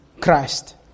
Christ